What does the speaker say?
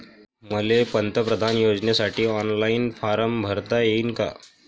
मले पंतप्रधान योजनेसाठी ऑनलाईन फारम भरता येईन का?